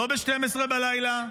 לא ב-24:00,